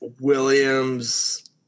williams